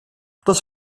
das